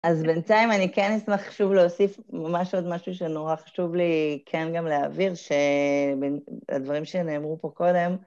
אז בינתיים אני כן אשמח שוב להוסיף ממש עוד משהו שנורא חשוב לי, כן גם להעביר, שהדברים שנאמרו פה קודם.